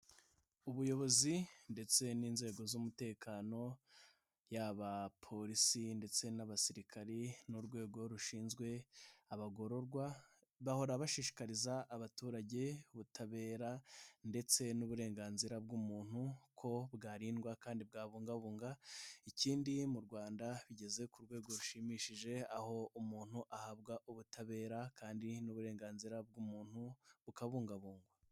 Ubuyobozi ndetse n'inzego z'umutekano yaba polisi ndetse n'abasirikari n'urwego rushinzwe abagororwa, bahora bashishikariza abaturage ubutabera ndetse n'uburenganzira bw'umuntu ko bwarindwa kandi bwabungabunga. Ikindi mu Rwanda bigeze ku rwego rushimishije aho umuntu ahabwa ubutabera kandi n'uburenganzira bw' muntu bukabungabungwa.